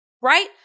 right